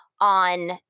on